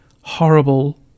horrible